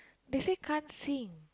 they say can't sing